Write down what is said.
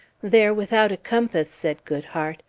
they are without a compass, said goodhart.